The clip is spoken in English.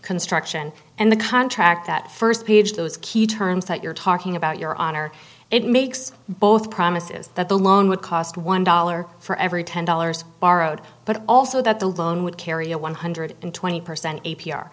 construction and the contract that first page those key terms that you're talking about your honor it makes both promises that the loan would cost one dollar for every ten dollars borrowed but also that the loan would carry a one hundred and twenty percent a p